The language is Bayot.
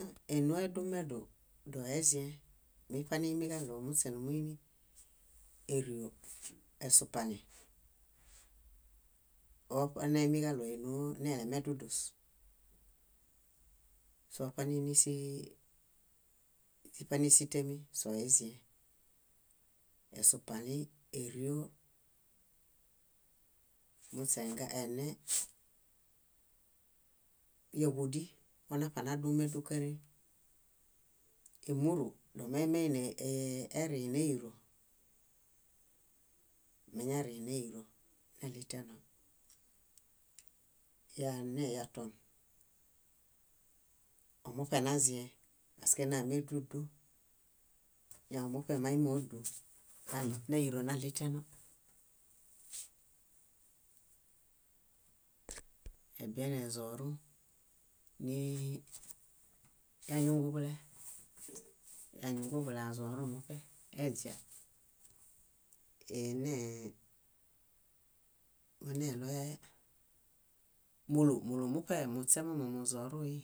. Énoo edumedu, doeziẽe. Miṗaniimiġaɭo muśenumuini ério, esupalĩ doṗaneimiġaɭo énoo nemedudus. Soṗaniini síhii źíṗanisitemi, sóiziẽe. Esopalĩ, ério, muáe ene- yáġudi aṗanadumedu káree, émuru dómeimeinierineiro, dómeinierineiro neɭiteno, yane yaton omoṗenaziẽe mámedudu, ñamuṗe máimodunairo naɭiteno, ebienezõrũ, niyañunguḃulee yañunguḃuleazõrũmuṗe eźia, enee waboneɭoyae múlu múlu muśemomuṗe muzõrũi,